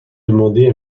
demander